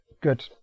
good